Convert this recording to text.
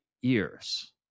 years